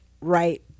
right